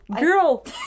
Girl